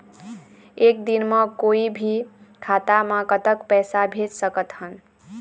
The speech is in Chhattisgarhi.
एक दिन म कोई भी खाता मा कतक पैसा भेज सकत हन?